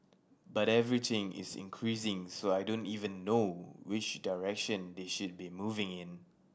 but everything is increasing so I don't even know which direction they should be moving in